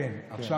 אפילו לא דקה.